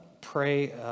pray